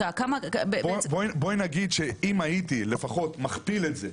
בואי נגיד שאם הייתי לפחות מכפיל את זה,